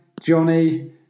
Johnny